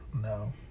No